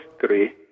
three